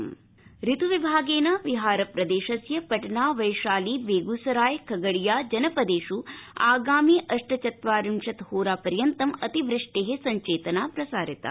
बिहारम्जलौघ ऋत्विभागेन बिहारप्रदेशस्य पटना वैशाली बेगुसराय खगड़िया जनपदेष् आगामि अष्टचत्वारिंशत् होरा पर्यन्तं अतिवृष्टे संचेतना प्रसारिता